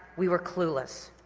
we were clueless.